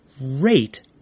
rate